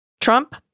Trump